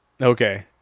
Okay